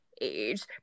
age